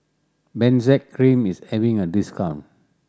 Benzac Cream is having a discount